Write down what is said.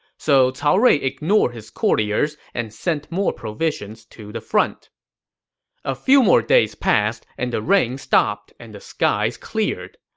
so cao rui ignored his courtiers and sent more provisions to the front a few more days passed, and the rain stopped and the skies cleared.